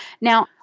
Now